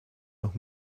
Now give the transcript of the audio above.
noch